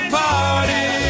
party